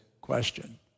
question